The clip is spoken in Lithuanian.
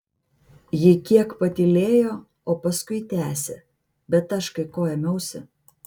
ji kiek patylėjo o paskui tęsė bet aš kai ko ėmiausi